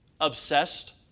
obsessed